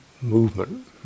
movement